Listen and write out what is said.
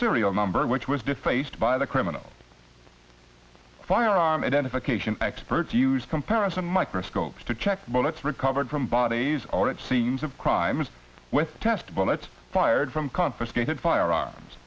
serial number which was defaced by the criminals firearm identification experts use comparison microscope to check bullets recovered from bodies or it seams of crimes with test bullets fired from confiscated firearms